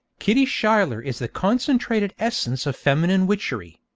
kitty schuyler is the concentrated essence of feminine witchery.